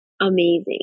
amazing